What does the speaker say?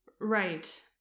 Right